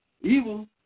evil